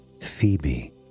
Phoebe